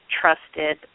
trusted